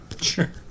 Sure